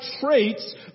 traits